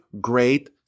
great